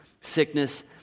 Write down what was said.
sickness